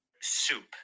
Soup